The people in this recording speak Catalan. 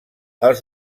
els